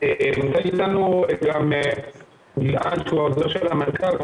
נמצא איתנו גם גלעד שלום, היועץ של המנכ"ל.